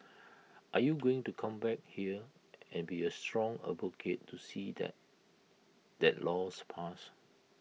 are you going to come back up here and be A strong advocate to see that that law's passed